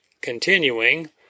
Continuing